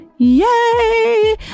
Yay